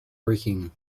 working